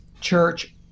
church